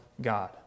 God